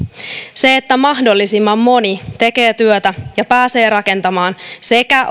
se että mahdollisimman moni tekee työtä ja pääsee rakentamaan sekä